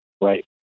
Right